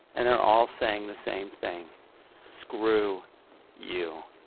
and they're all saying the same thing screw you.